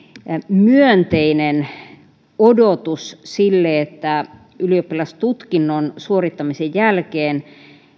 myönteinen odotus sille että ylioppilastutkinnon suorittamisen jälkeen